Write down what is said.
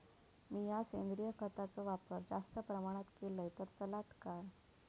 मीया सेंद्रिय खताचो वापर जास्त प्रमाणात केलय तर चलात काय?